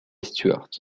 stuart